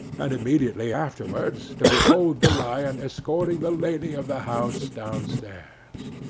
and immediately afterwards to behold the lion escorting the lady of the house down-stairs.